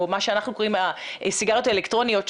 או מה שאנחנו קוראים הסיגריות האלקטרוניות,